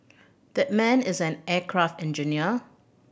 that man is an aircraft engineer